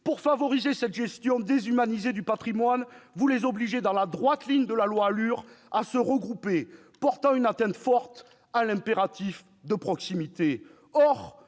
Pour favoriser cette gestion déshumanisée du patrimoine, vous les obligez dans la droite ligne de la loi ALUR à se regrouper, portant une atteinte forte à l'impératif de proximité.